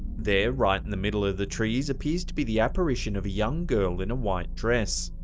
there, right in the middle of the trees, appears to be the apparition of a young girl in a white dress.